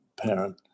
parent